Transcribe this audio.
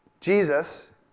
Jesus